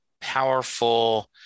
powerful